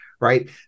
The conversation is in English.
Right